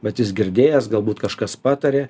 bet jis girdėjęs galbūt kažkas patarė